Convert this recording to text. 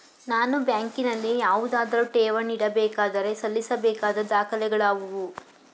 ನಾನು ಬ್ಯಾಂಕಿನಲ್ಲಿ ಯಾವುದಾದರು ಠೇವಣಿ ಇಡಬೇಕಾದರೆ ಸಲ್ಲಿಸಬೇಕಾದ ದಾಖಲೆಗಳಾವವು?